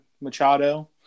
Machado